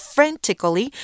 Frantically